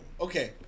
okay